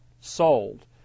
sold